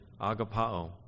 agapao